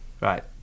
Right